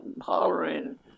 hollering